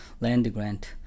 land-grant